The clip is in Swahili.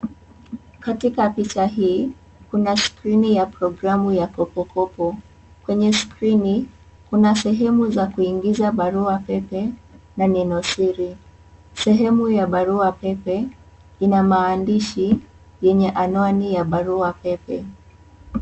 Katika picha hii kuna skrini ya programu ya kopokopo. Kwenye skrini kuna sehemu za kuingiza barua pepe na neno siri sehemu ya barua pepe ina maandishi yenye anwani ya barua pepe.